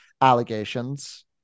allegations